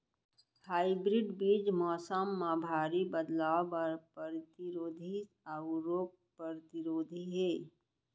hybrid बीज मौसम मा भारी बदलाव बर परतिरोधी अऊ रोग परतिरोधी हे